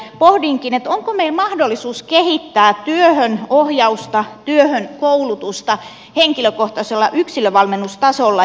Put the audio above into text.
pohdinkin että onko meillä mahdollisuus kehittää työhön ohjausta työhön koulutusta henkilökohtaisella yksilövalmennustasolla